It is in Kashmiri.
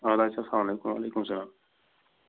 اَدٕ حظ سلامُ علیکُم وعلیکُم سلام